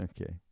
okay